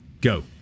go